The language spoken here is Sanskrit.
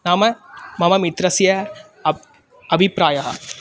नाम मम मित्रस्य अभि अभिप्रायः